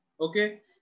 Okay